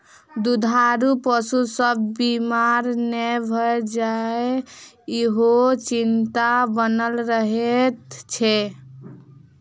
दूधारू पशु सभ बीमार नै भ जाय, ईहो चिंता बनल रहैत छै